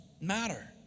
matter